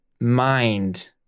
mind